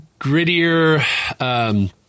grittier